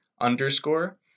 underscore